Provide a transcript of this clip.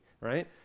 right